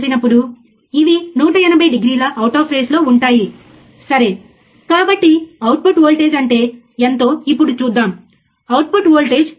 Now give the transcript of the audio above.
కాబట్టి మనము ఫ్రీక్వెన్సీని మార్చుతూ ఉంటే తద్వారా ఈ స్లీవ్ రేటు ఎలా కొలవగలమో అర్థం చేసుకోవచ్చు